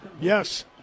Yes